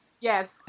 Yes